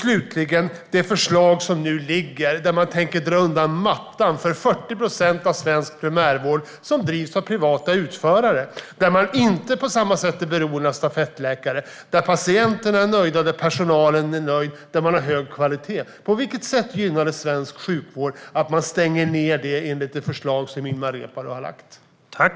Slutligen har vi det förslag som nu ligger, som innebär att man vill dra undan mattan för 40 procent av svensk primärvård, som drivs av privata utförare, där man inte är beroende av stafettläkare, där patienterna är nöjda, där personalen är nöjd och där man har hög kvalitet. På vilket sätt gynnar det svensk sjukvård att man stänger detta, enligt det förslag som Ilmar Reepalu har lagt fram?